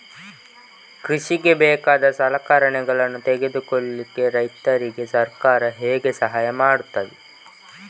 ಕೃಷಿಗೆ ಬೇಕಾದ ಸಲಕರಣೆಗಳನ್ನು ತೆಗೆದುಕೊಳ್ಳಿಕೆ ರೈತರಿಗೆ ಸರ್ಕಾರ ಹೇಗೆ ಸಹಾಯ ಮಾಡ್ತದೆ?